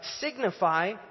signify